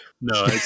No